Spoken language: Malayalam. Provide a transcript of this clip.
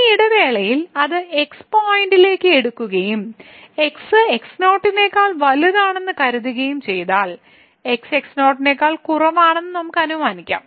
ഈ ഇടവേളയിൽ അത് x പോയിന്റിലേക്ക് എടുക്കുകയും x x0 നേക്കാൾ വലുതാണെന്ന് കരുതുകയും ചെയ്താൽ x x0 നേക്കാൾ കുറവാണെന്ന് നമുക്ക് അനുമാനിക്കാം